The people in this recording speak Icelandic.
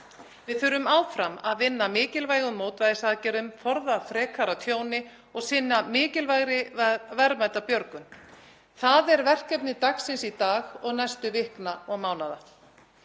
Við þurfum áfram að vinna að mikilvægum mótvægisaðgerðum, forða frekara tjóni og sinna mikilvægri verðmætabjörgun. Það er verkefni dagsins í dag og næstu vikna og mánaða.